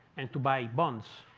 and to buy bonds.